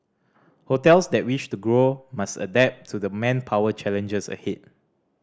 hotels that wish to grow must adapt to the manpower challenges ahead